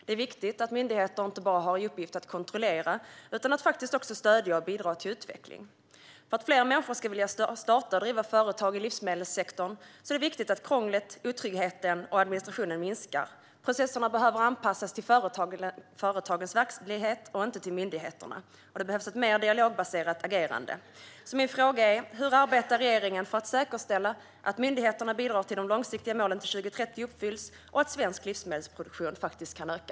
Det är viktigt att myndigheter inte bara har i uppgift att kontrollera utan också stödja och bidra till utveckling. För att fler människor ska vilja starta och driva företag i livsmedelssektorn är det viktigt att krånglet, otryggheten och administrationen minskar. Processerna behöver anpassas till företagens verklighet, inte till myndigheterna. Det behövs ett mer dialogbaserat agerande. Hur arbetar regeringen för att säkerställa att myndigheterna bidrar till att de långsiktiga målen till 2030 uppfylls och att svensk livsmedelsproduktion kan öka?